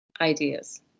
ideas